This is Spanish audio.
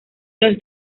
los